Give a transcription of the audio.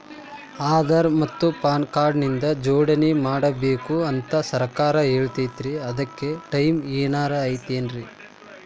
ಆಧಾರ ಮತ್ತ PAN card ನ ಜೋಡಣೆ ಮಾಡ್ಬೇಕು ಅಂತಾ ಸರ್ಕಾರ ಹೇಳೈತ್ರಿ ಅದ್ಕ ಟೈಮ್ ಏನಾರ ಐತೇನ್ರೇ?